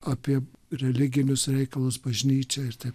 apie religinius reikalus bažnyčiai ir taip